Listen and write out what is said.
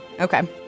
Okay